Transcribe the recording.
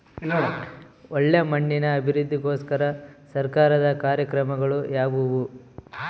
ಒಳ್ಳೆ ಮಣ್ಣಿನ ಅಭಿವೃದ್ಧಿಗೋಸ್ಕರ ಸರ್ಕಾರದ ಕಾರ್ಯಕ್ರಮಗಳು ಯಾವುವು?